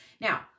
Now